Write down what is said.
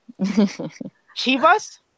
Chivas